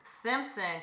simpson